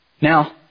Now